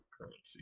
currency